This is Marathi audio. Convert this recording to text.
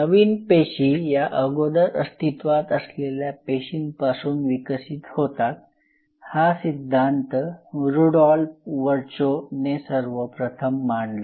नवीन पेशी या अगोदर अस्तित्वात असलेल्या पेशींपासून विकसित होतात हा सिद्धांत रुडॉल्फ वरचो ने सर्वप्रथम मांडला